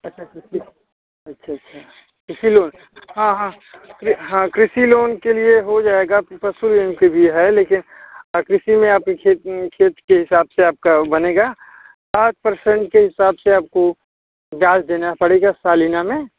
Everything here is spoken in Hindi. अच्छा अच्छा किस अच्छा अच्छा कृषि लोन हाँ हाँ कृ हाँ कृषि लोन के लिए हो जाएगा फिर पशु लोन के भी है लेकिन कृषि में आपके खेत खेत के हिसाब से आपका बनेगा आठ परसेंट के हिसाब से आपको ब्याज देना पड़ेगा सालाना में